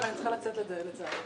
זה מצב שהכנסת כן חייבת לטפל בו עכשיו.